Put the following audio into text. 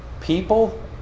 people